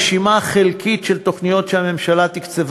רשימה חלקית של תוכניות שהממשלה תקצבה